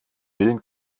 willen